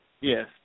yes